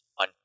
on